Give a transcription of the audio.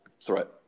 threat